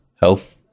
health